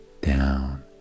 down